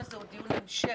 המשך,